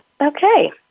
okay